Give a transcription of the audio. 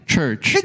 church